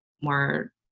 more